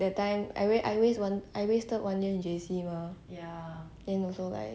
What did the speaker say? that time I wast~ I wast~ I wasted one year in J_C mah then also like